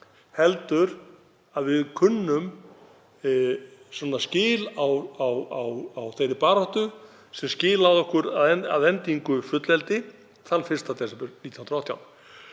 heldur að við kunnum skil á þeirri baráttu sem skilaði okkur að endingu fullveldi þann 1. desember 1918.